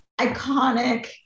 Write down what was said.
iconic